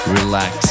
relax